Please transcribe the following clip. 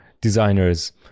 designers